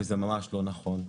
זה ממש לא נכון.